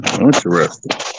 Interesting